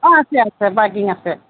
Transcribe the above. অ' আছে আছে পাৰ্কিং আছে